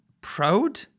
proud